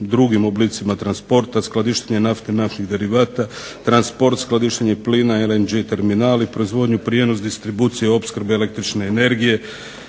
drugim oblicima transporta, skladištenje nafte, naftnih derivata, transport, skladištenje plina, LNG terminali, proizvodnju, prijenos, distribuciju opskrbe električne energije,